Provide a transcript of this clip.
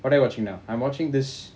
what are you watching now I'm watching this